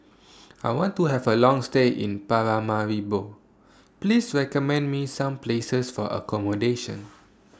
I want to Have A Long stay in Paramaribo Please recommend Me Some Places For accommodation